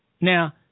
Now